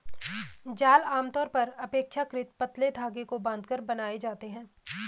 जाल आमतौर पर अपेक्षाकृत पतले धागे को बांधकर बनाए जाते हैं